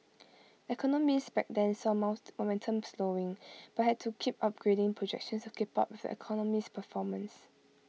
economists back then saw momentum slowing but had to keep upgrading projections to keep up with the economy's performance